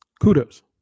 Kudos